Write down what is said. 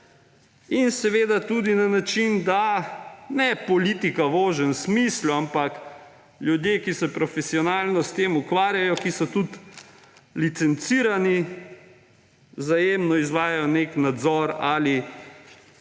in seveda tudi na način, da ne politika v ožjem smislu, ampak ljudje, ki se profesionalno s tem ukvarjajo, ki so tudi licencirani, vzajemno izvajajo nek nadzor ali